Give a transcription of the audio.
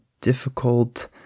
difficult